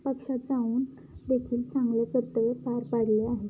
पक्षात जाऊन देखील चांगले कर्तव्य पार पाडले आहे